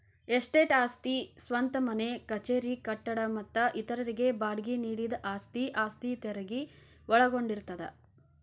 estate ಆಸ್ತಿ ಸ್ವಂತ ಮನೆ ಕಚೇರಿ ಕಟ್ಟಡ ಮತ್ತ ಇತರರಿಗೆ ಬಾಡ್ಗಿ ನೇಡಿದ ಆಸ್ತಿ ಆಸ್ತಿ ತೆರಗಿ ಒಳಗೊಂಡಿರ್ತದ